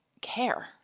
care